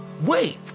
Wait